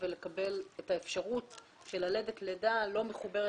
ולקבל את האפשרות ללדת לידה לא מחוברת